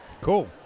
Cool